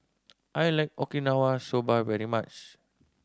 I like Okinawa Soba very much